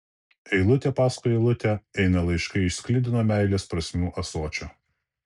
eilutė paskui eilutę eina laiškai iš sklidino meilės prasmių ąsočio